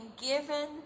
given